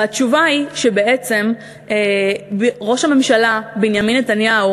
התשובה היא שבעצם ראש הממשלה בנימין נתניהו